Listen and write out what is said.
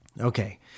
okay